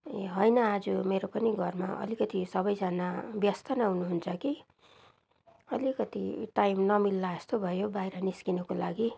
ए होइन आज मेरो पनि घरमा अलिकति सबैजना व्यस्त नै हुनुहुन्छ कि अलिकति टाइम नमिल्ला जस्तो भयो बाहिर निस्किनुको लागि